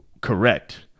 correct